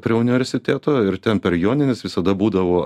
prie universiteto ir ten per jonines visada būdavo